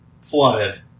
flooded